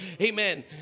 amen